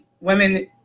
women